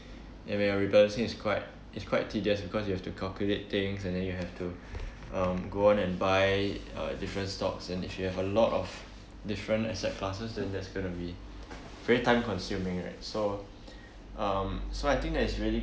and when you're rebalancing it's quite it's quite tedious because you have to calculate things and then you have to um go on and buy uh different stocks and if you have a lot of different asset classes then that's gonna be very time consuming right so um so I think that it's really